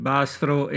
Bastro